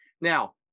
Now